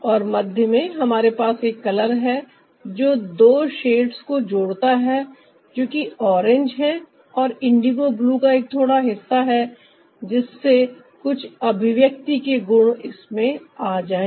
और मध्य में हमारे पास एक कलर है जो दो शेड्स को जोड़ता है जो कि ऑरेंज है और इंडिगो ब्लू का एक थोड़ा हिस्सा है जिससे कुछ अभिव्यक्ति के गुण इसमें आ जाएं